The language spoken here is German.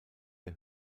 der